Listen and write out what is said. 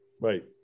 right